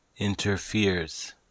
interferes